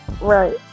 Right